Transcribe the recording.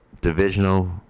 divisional